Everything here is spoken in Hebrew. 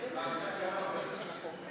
נתקבלו.